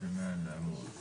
יש